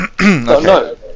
no